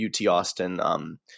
UT-Austin